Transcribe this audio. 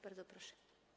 Bardzo proszę.